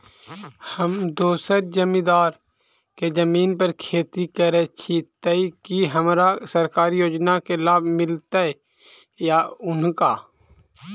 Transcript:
हम दोसर जमींदार केँ जमीन पर खेती करै छी तऽ की हमरा सरकारी योजना केँ लाभ मीलतय या हुनका?